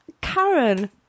Karen